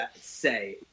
say